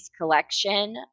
collection